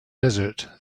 desert